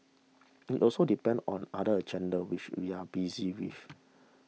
it also depends on other agenda which we are busy with